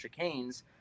chicanes